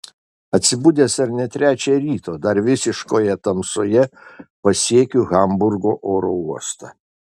atsibudęs ar ne trečią ryto dar visiškoje tamsoje pasiekiu hamburgo oro uostą